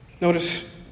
Notice